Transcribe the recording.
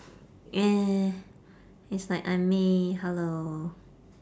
eh it's like I'm me hello